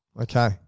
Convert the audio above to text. Okay